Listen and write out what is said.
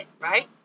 right